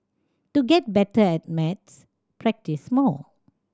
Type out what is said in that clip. to get better at maths practise more